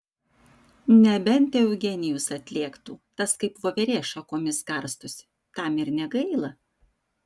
nebent eugenijus atlėktų tas kaip voverė šakomis karstosi tam ir negaila